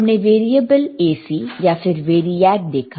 हमने variable AC या फिर वेरियाक देखा